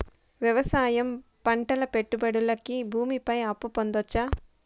వ్యవసాయం పంటల పెట్టుబడులు కి భూమి పైన అప్పు పొందొచ్చా?